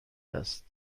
است